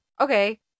Okay